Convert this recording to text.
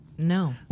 No